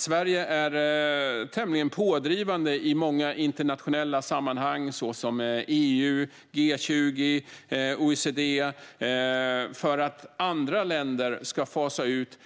Sverige är i många internationella sammanhang, såsom EU, G20 och OECD, tämligen pådrivande för att andra länder ska fasa ut